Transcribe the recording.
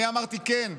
אני אמרתי: כן,